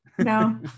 No